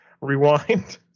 Rewind